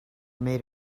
made